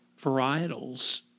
varietals